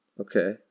Okay